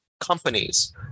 companies